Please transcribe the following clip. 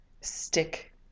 stick